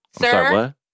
Sir